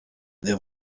the